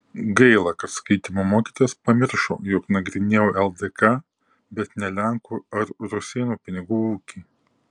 gaila kad skaitymo mokytojas pamiršo jog nagrinėjau ldk bet ne lenkų ar rusėnų pinigų ūkį